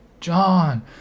John